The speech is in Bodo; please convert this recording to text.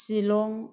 शिलं